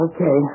Okay